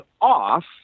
off